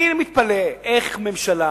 אני מתפלא איך ממשלה,